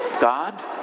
God